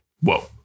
Whoa